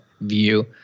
view